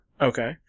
Okay